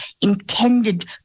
intended